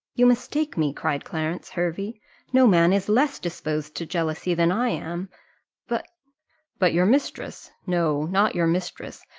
you mistake me, cried clarence hervey no man is less disposed to jealousy than i am but but your mistress no, not your mistress,